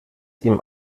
ihm